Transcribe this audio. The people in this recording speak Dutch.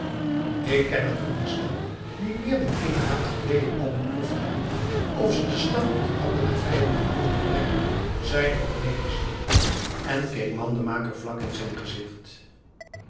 ik ken er anders wel die meer dan eene maand geleden al beproefd hebben of ze de stad niet in handen der vijanden konden brengen zeide cornelis en keek mandenmaker vlak in zijn gezicht